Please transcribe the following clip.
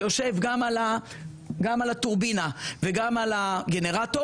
שיושב גם על הטורבינה וגם על הגנרטור,